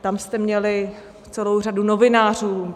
Tam jste měli celou řadu novinářů.